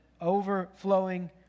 overflowing